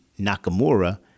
Nakamura